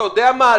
אתה יודע מה,